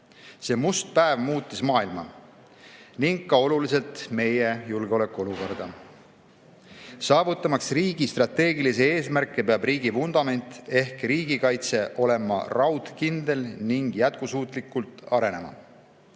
See must päev muutis maailma ning oluliselt ka meie julgeolekuolukorda. Saavutamaks riigi strateegilisi eesmärke, peab riigi vundament ehk riigikaitse olema raudkindel ning jätkusuutlikult arenema.